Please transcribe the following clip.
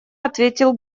ответил